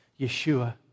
Yeshua